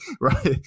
right